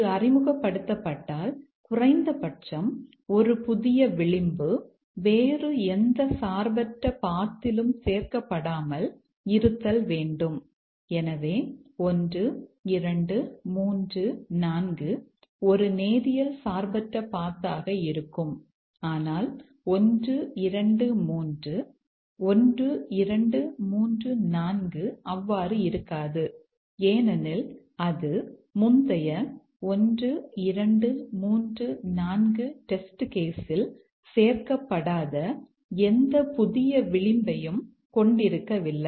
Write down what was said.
இது அறிமுகப்படுத்தப்பட்டால் குறைந்தபட்சம் ஒரு புதிய விளிம்பு வேறு எந்த சார்பற்ற பாத்ல் சேர்க்கப்படாத எந்த புதிய விளிம்பையும் கொண்டிருக்கவில்லை